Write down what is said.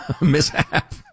mishap